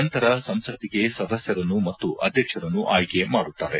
ನಂತರ ಸಂಸತ್ತಿಗೆ ಸದಸ್ಯರನ್ನು ಮತ್ತು ಅಧ್ಯಕ್ಷರನ್ನು ಆಯ್ಕೆ ಮಾಡುತ್ತಾರೆ